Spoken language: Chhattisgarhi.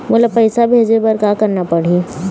मोला पैसा भेजे बर का करना पड़ही?